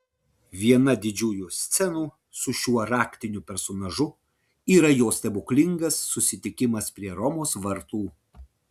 viena didžiųjų scenų su šiuo raktiniu personažu yra jo stebuklingas susitikimas prie romos vartų